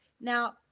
Now